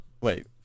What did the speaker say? Wait